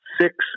six